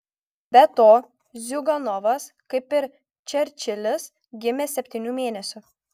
be to ziuganovas kaip ir čerčilis gimė septynių mėnesių